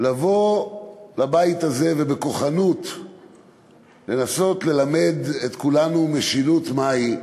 לבוא לבית הזה ובכוחנות לנסות ללמד את כולנו משילות מהי,